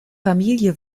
familie